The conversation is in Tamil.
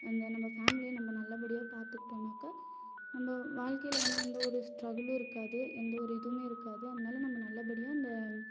அந்த நம்ம ஃபேமிலியை நம்ம நல்ல படியாக பார்த்துக்கிட்டோம்னாக்கா நம்ம வாழ்க்கையில வந்து எந்த ஒரு ஸ்ட்ரகுளும் இருக்காது எந்த ஒரு இதுமே இருக்காது அதனால் நம்ம நல்ல படியாக அந்த